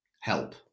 Help